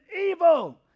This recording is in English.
evil